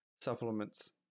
supplements